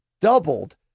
doubled